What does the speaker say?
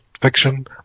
fiction